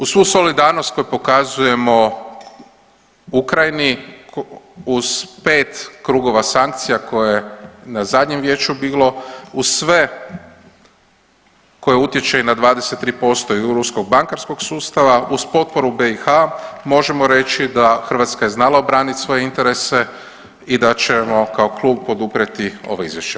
Uz svoju solidarnost koju pokazujemo Ukrajini, uz pet krugova sankcija koje je na zadnjem vijeću bilo, uz sve koje utječe i na 23% i ruskog bankarskog sustava, uz potporu BiH možemo reći da Hrvatska je znala obranit svoje interese i da ćemo kao klub poduprijeti ovo izvješće.